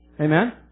Amen